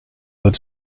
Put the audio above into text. del